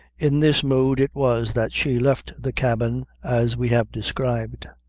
in this mood it was that she left the cabin as we have described.